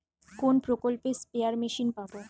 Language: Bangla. কোন প্রকল্পে স্পেয়ার মেশিন পাব?